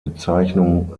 bezeichnung